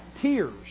tears